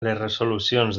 resolucions